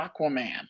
Aquaman